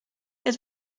het